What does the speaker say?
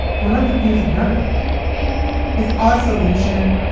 well, let them use none of it is also illusion.